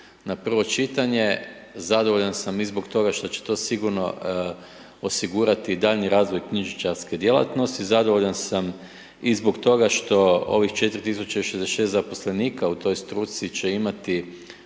na prvo čitanje, zadovoljan sam i zbog toga što će to sigurno osigurati i daljnji razvoj knjižničarske djelatnosti, zadovoljan sam i zbog toga što ovih 4066 zaposlenika u toj struci će imati